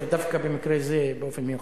דווקא במקרה זה באופן מיוחד.